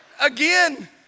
again